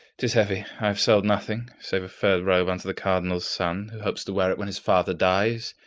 tis heavy. i have sold nothing save a furred robe unto the cardinal's son, who hopes to wear it when his father dies,